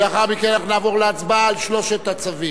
לאחר מכן נעבור להצבעה על שלושת הצווים.